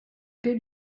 good